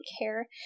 care